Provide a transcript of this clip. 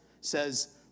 says